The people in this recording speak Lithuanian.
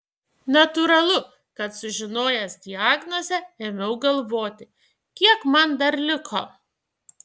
natūralu kad sužinojęs diagnozę ėmiau galvoti kiek man dar liko